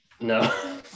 No